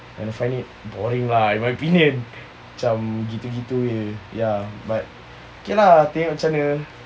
and find it boring lah my opinion macam gitu-gitu jer ya okay lah tengok macam mana